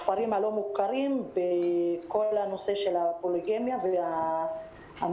בכפרים הלא מוכרים בכל הנושא של הפוליגמיה והמתח